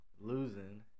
losing